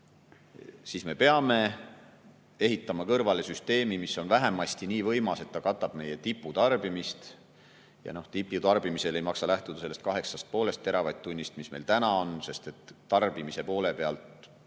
siis me peame ehitama kõrvale süsteemi, mis on vähemasti nii võimas, et katab meie tiputarbimist. Tiputarbimisel ei maksa lähtuda sellest 8,5 teravatt-tunnist, mis meil täna on, sest tarbimise poole pealt